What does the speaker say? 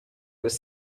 was